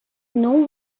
know